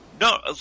No